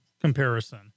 comparison